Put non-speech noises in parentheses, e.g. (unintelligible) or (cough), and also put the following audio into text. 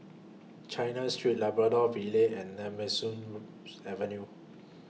China Street Labrador Villa and Nemesu (unintelligible) Avenue